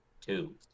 Two